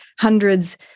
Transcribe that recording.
hundreds